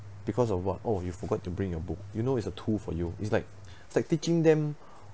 because of what oh you forgot to bring your book you know is a tool for you it's like is like teaching them